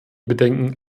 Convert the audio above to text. bedenken